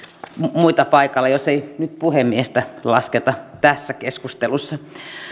muita paikalla jos ei nyt puhemiestä lasketa tässä keskustelussa